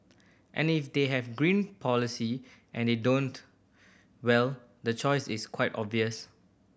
and if they have green policy and you don't well the choice is quite obvious